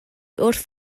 wrth